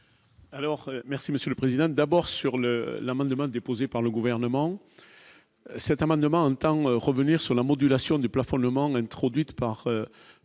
Alors merci Monsieur le Président, d'abord sur le l'amendement déposé par le gouvernement. Cet amendement entend revenir sur la modulation du plafond, le monde introduite par